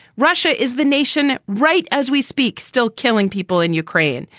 russia is the nation right as we speak. still killing people in ukraine.